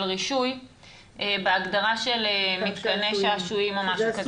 רישוי בהגדרה של מתקני שעשועים או משהו כזה.